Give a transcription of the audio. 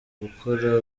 gukora